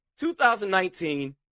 2019